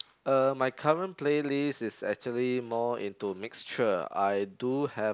uh my current playlist is actually more into mixture I do have